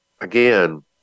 Again